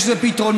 יש לזה פתרונות.